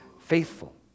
faithful